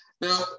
Now